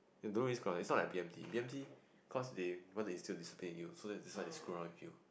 you don't really screw up its not like B_M_T B_M_T cause they cause they still discipline you so they that's why they screw around with you